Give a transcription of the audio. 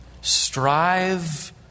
strive